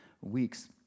weeks